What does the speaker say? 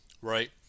Right